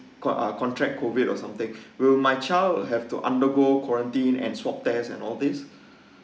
got a contact COVID or something will my child have to undergo quarantine and swab test and all these